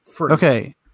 Okay